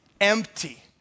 empty